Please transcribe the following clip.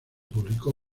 publicó